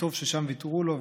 טוב ששם ויתרו לו,